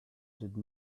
did